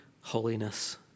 holiness